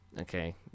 okay